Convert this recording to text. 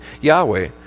Yahweh